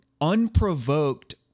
unprovoked